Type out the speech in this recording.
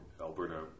Alberta